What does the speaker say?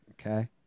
okay